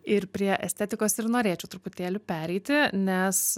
ir prie estetikos ir norėčiau truputėlį pereiti nes